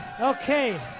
Okay